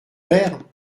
père